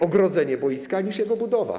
ogrodzenie boiska niż jego budowa.